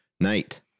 night